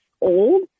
old